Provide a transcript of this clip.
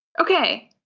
okay